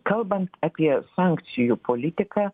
kalbant apie sankcijų politiką